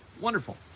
Wonderful